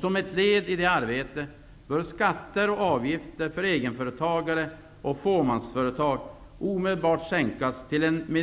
Som ett led i det arbetet bör skatter och avgifter för egenföretagare och fåmansföretag omedelbart sänkas till en nivå som är